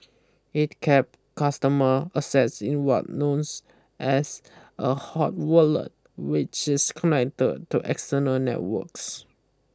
it kept customer assets in what knows as a hot wallet which is connected to external networks